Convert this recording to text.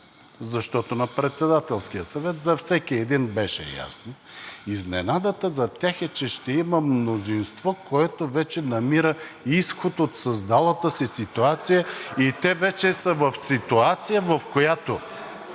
защото на Председателския съвет за всеки един беше ясно, но изненадата за тях е, че има мнозинство, което вече намира изход от създалата се ситуация и те вече са в ситуация, в която